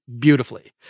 beautifully